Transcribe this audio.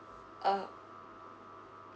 uh